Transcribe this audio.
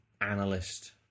analyst